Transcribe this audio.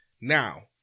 Now